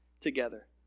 together